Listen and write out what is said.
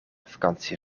vakantie